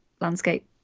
landscape